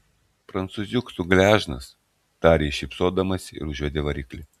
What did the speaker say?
prancūziuk tu gležnas tarė ji šypsodamasi ir užvedė variklį